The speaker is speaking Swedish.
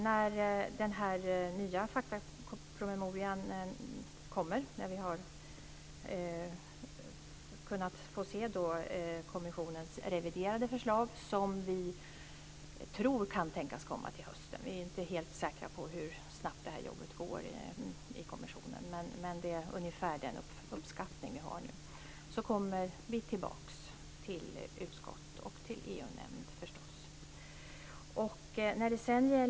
När den nya faktapromemorian kommer, när vi har fått se kommissionens reviderade förslag som vi tror kan tänkas komma till hösten - vi är inte helt säkra på hur snabbt det här jobbet går i kommissionen, men det är ungefär den uppskattning vi gör nu - kommer vi förstås tillbaka till utskottet och till EU-nämnden.